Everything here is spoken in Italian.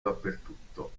dappertutto